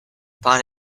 upon